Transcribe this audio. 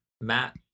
Matt